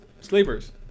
Sleepers